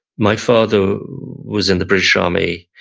my father was in the british army,